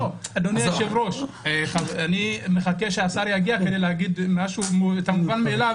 אני מחכה שהשר יגיע כדי להגיד את המובן מאליו.